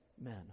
men